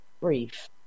brief